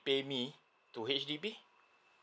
pay me to H_D_B